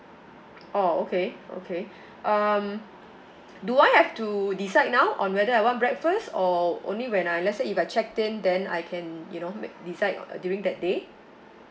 oh okay okay um do I have to decide now on whether I want breakfast or only when I let's say if I check in then I can you know make decide during that day